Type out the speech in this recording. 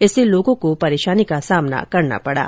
इससे लोगों को परेशानी का सामना करना पड़ा